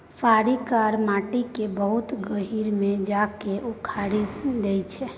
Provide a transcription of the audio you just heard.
फारी करगर माटि केँ बहुत गहींर मे जा कए उखारि दैत छै